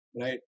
right